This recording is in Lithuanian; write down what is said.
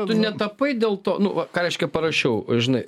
tu netapai dėl to nu va ką reiškia parašiau žinai